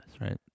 right